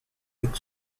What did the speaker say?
big